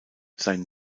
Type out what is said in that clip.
sein